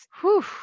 whew